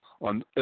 on